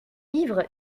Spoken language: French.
ivre